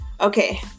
Okay